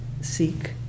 seek